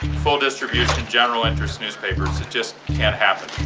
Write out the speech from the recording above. full-distribution, general interest newspapers. it just can't happen